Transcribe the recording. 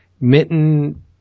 Mitten